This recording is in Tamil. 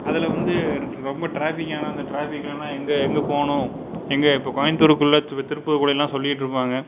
அதில் வந்து எனக்கு ரொம்ப ட்ராபிஃக்கான அந்த ட்ராஃபிக்கலெலாம் எங்கே எங்கே போகணும் எங்கே இப்போ கோயம்புத்தூருக்குள்ளே திருப்பூருக்குள்ளேயெல்லாம் சொல்லிக்கிட்டு இருப்பாங்க